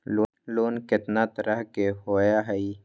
Loan केतना तरह के होअ हई?